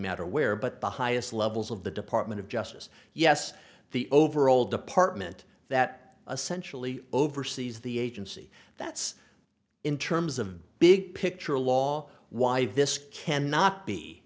matter where but the highest levels of the department of justice yes the overall department that essential oversees the agency that's in terms of big picture law why this cannot be